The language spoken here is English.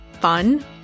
fun